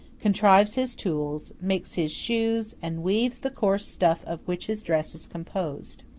contrives his tools, makes his shoes, and weaves the coarse stuff of which his dress is composed.